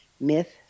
Myth